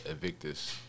evictus